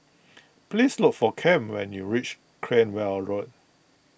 please look for Cam when you reach Cranwell Road